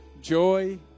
joy